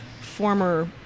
former